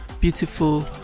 beautiful